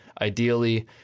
ideally